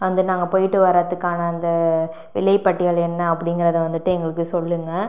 வந்து நாங்கள் போயிட்டு வரதுக்கான அந்த விலைப்பட்டியல் என்ன அப்படிங்கிறத வந்துட்டு எங்களுக்கு சொல்லுங்கள்